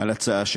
על הצעה שכזאת.